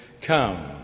Come